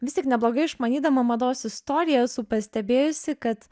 vis tik neblogai išmanydama mados istoriją esu pastebėjusi kad